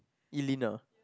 Elina